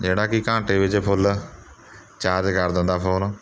ਜਿਹੜਾ ਕਿ ਘੰਟੇ ਵਿੱਚ ਫੁੱਲ ਚਾਰਜ ਕਰ ਦਿੰਦਾ ਫ਼ੋਨ